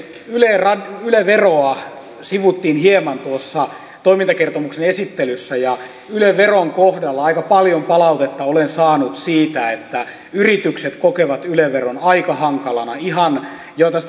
yle veroa sivuttiin hieman tuossa toimintakertomuksen esittelyssä ja yle veron kohdalla aika paljon palautetta olen saanut siitä että yritykset kokevat yle veron aika hankalana ihan jo tästä byrokratianäkökulmasta